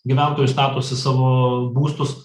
gyventojų statosi savo būstus